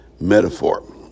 metaphor